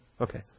Okay